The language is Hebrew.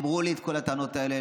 אמרו לי את כל הטענות האלה.